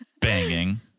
banging